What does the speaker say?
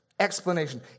Explanation